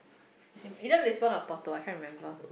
it's in it just list one of photo I can't remember